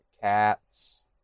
cats